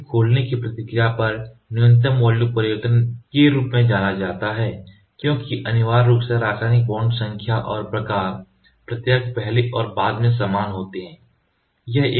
ring खोलने को प्रतिक्रिया पर न्यूनतम वॉल्यूम परिवर्तन के रूप में जाना जाता है क्योंकि अनिवार्य रूप से रासायनिक बांड के संख्या और प्रकार प्रतिक्रिया के पहले और बाद में समान होते हैं